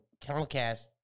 Comcast